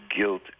guilt